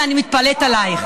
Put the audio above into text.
והאינתיפאדה, אני מתפלאת עלייך.